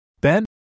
Ben